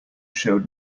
showed